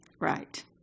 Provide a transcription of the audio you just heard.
Right